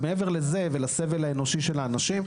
מעבר לזה ולסבל האנושי של האנשים,